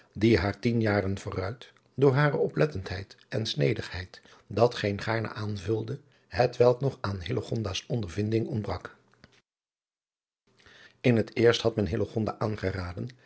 die haar tien jaren vooruit door hare oplettendheid en sneegheid datgeen gaarne aanvulde hetwelk nog aan hillegonda's ondervinding ontbrak in het eerst had men hillegonda aangeraden